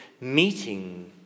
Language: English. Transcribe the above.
meeting